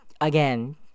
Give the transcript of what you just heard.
again